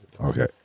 Okay